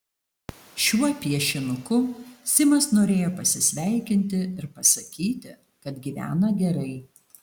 šiuo piešinuku simas norėjo pasisveikinti ir pasakyti kad gyvena gerai